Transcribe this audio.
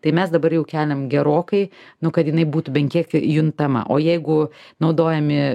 tai mes dabar jau keliam gerokai nu kad jinai būtų bent kiek juntama o jeigu naudojami